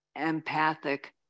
empathic